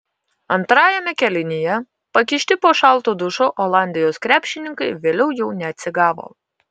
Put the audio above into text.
antrajame kėlinyje pakišti po šaltu dušu olandijos krepšininkai vėliau jau neatsigavo